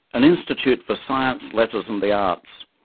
an institute for science, letters and the arts.